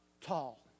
tall